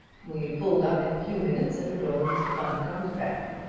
we pulled up in a few minutes at the door of mr. bundercombe's bank.